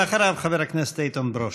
אחריו, חבר הכנסת איתן ברושי.